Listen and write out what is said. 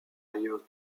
ailleurs